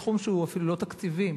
סכום שאפילו לא תקציבי,